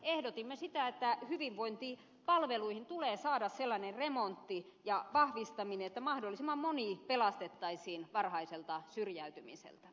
ehdotimme sitä että hyvinvointipalveluihin tulee saada sellainen remontti ja vahvistaminen että mahdollisimman moni pelastettaisiin varhaiselta syrjäytymiseltä